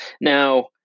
Now